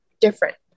different